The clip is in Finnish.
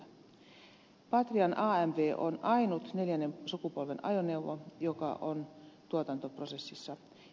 patrian amv on ainut neljännen sukupolven ajoneuvo joka on tuotantoprosessissa